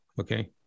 Okay